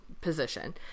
position